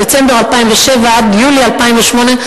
מדצמבר 2007 עד יולי 2008,